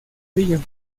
brillo